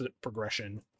progression